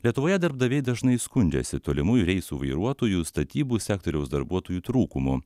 lietuvoje darbdaviai dažnai skundžiasi tolimųjų reisų vairuotojų statybų sektoriaus darbuotojų trūkumu